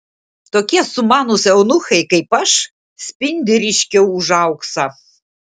tokie sumanūs eunuchai kaip aš spindi ryškiau už auksą